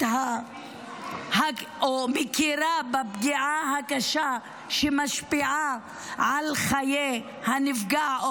או מכירה בפגיעה הקשה שמשפיעה על חיי הנפגע או